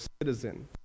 citizen